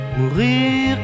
mourir